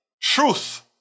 truth